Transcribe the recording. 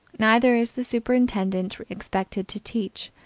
neither is the superintendent expected to teach.